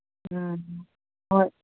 ꯎꯝ ꯍꯣꯏ